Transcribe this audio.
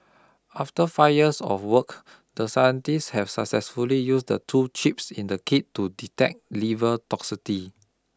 after five years of work the scientists have successfully used the two chips in the kit to detect liver toxicity